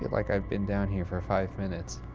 like i've been down here for five minutes.